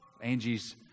Angie's